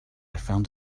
found